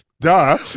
Duh